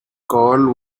carl